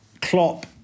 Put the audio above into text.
Klopp